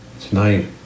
tonight